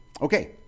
Okay